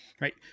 Right